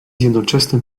jednoczesnym